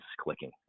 clicking